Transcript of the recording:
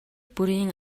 бүрийн